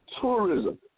tourism